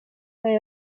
fue